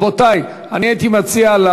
רבותי, אני הייתי מציע,